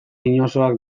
inozoak